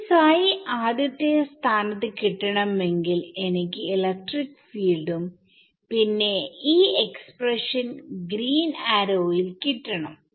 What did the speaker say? എനിക്ക് പ്സൈ ആദ്യത്തെ സ്ഥാനത്ത് കിട്ടണമെങ്കിൽ എനിക്ക് ഇലക്ട്രിക് ഫീൽഡും പിന്നെ ഈ എക്സ്പ്രഷൻ ഗ്രീൻ ആരോ യിൽ കിട്ടണം